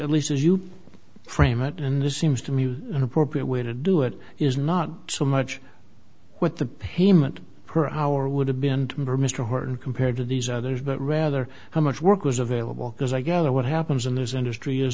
at least as you frame it and it seems to me an appropriate way to do it is not so much what the payment per hour would have been mr horton compared to these others but rather how much work was available because i gather what happens in this industry is